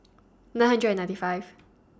nine hundred and ninety five